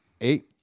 eight